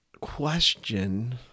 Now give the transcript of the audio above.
question